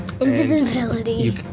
Invisibility